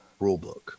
rulebook